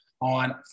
on